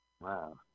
Wow